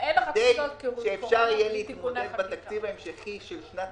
כדי שאפשר יהיה להתמודד בתקציב ההמשכי של שנת